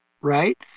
right